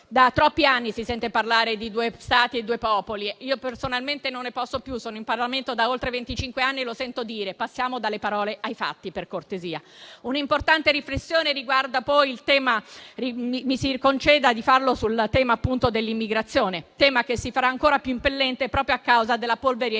Da troppi anni si sente parlare di due Stati e due popoli: io personalmente non ne posso più, sono in Parlamento da oltre venticinque anni e lo sento dire da sempre. Passiamo dalle parole ai fatti, per cortesia. Un'importante riflessione riguarda poi il tema dell'immigrazione: tema che si fa ancora più impellente proprio a causa della polveriera